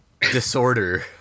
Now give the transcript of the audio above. disorder